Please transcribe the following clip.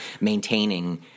maintaining